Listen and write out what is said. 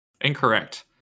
incorrect